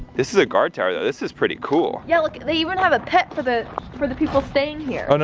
this is a guard tower though, this is pretty cool. yeah look, they even have a pet for the for the people staying here.